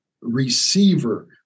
receiver